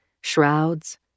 shrouds